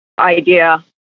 idea